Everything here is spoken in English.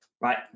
right